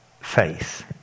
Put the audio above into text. faith